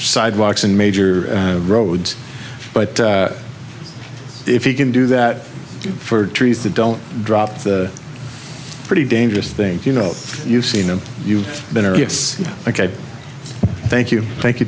sidewalks and major roads but if you can do that for trees that don't drop the pretty dangerous thing you know you've seen them you've been or it's ok thank you thank you